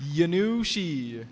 you knew she